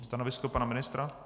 Stanovisko pana ministra?